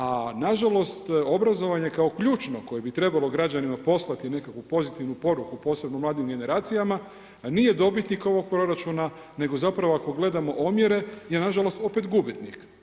A na žalost obrazovanje kao ključno koje bi trebalo građanima poslati nekakvu pozitivnu poruku posebno mladim generacijama nije dobitnik ovog proračuna, nego zapravo ako gledamo omjere je na žalost opet gubitnik.